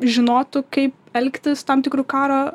žinotų kaip elgtis tam tikru karo